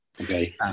Okay